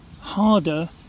harder